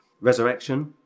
resurrection